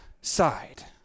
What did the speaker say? side